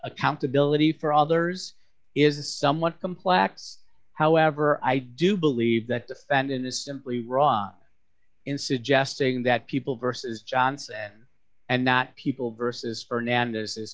accountability for others is somewhat complex however i do believe that defendant is simply raw in suggesting that people versus johnson and not people versus fernandez